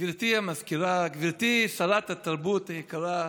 גברתי המזכירה, גברתי שרת התרבות היקרה,